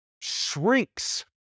shrinks